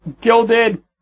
gilded